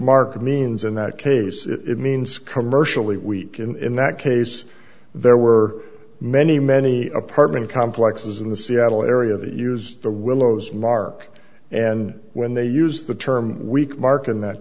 market means in that case it means commercially weak in that case there were many many apartment complexes in the seattle area that use the willows mark and when they use the term week mark in that